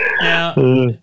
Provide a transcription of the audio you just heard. Now